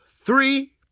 three